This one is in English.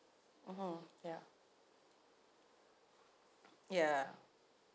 mmhmm ya ya